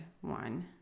one